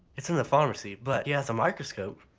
it's in a pharmacy but he has a microscope.